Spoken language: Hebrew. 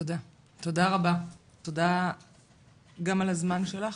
תודה, תודה רבה גם על הזמן שלך,